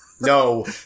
no